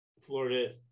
Florida